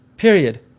Period